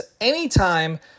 anytime